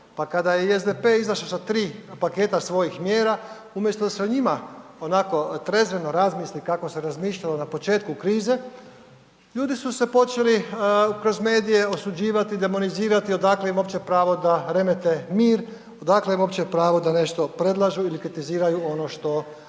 Pa kada je i SDP izašao sa 3 paketa svojih mjera umjesto da sa njima onako trezveno razmisli kako se razmišljalo na početku krize, ljudi su se počeli kroz medije osuđivati, demonizirati odakle im uopće pravo da remete mir, odakle im uopće pravo da nešto predlažu ili kritiziraju ono što